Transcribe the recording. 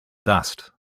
dust